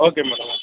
okay madam